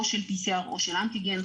או של PCR או של אנטיגן,